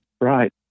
Right